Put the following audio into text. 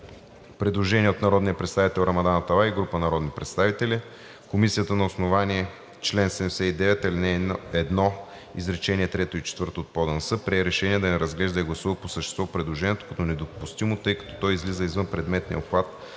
Предложение от народния представител Рамадан Аталай и група народни представители. Комисията на основание чл. 79, ал. 1, изречение трето и четвърто от ПОДНС прие решение да не разглежда и гласува по същество предложението като недопустимо, тъй като то излиза извън предметния обхват